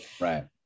Right